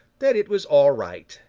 that it was all right,